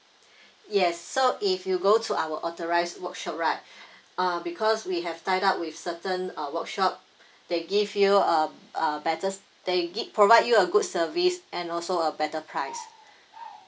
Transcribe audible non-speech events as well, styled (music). yes so if you go to our authorised workshop right (breath) uh because we have tied up with certain uh workshop they give you uh a better s~ they give provide you a good service and also a better price